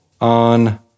on